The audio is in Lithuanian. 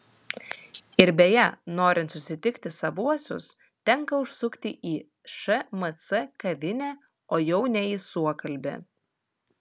ir beje norint susitikti savuosius tenka užsukti į šmc kavinę o jau ne į suokalbį